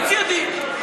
תוציא אותי,